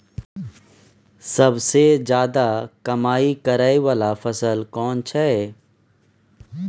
सबसे ज्यादा कमाई करै वाला फसल कोन छै?